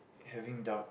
having dark